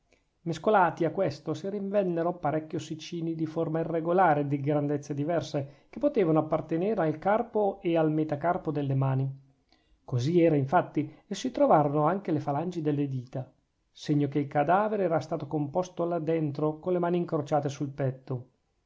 mescolati a questo si rinvennero parecchi ossicini di forma irregolare e di grandezze diverse che potevano appartenere al carpo e al metacarpo delle mani così era difatti e si trovarono anche le falangi delle dita segno che il cadavere era stato composto là dentro con le mani incrociate sul petto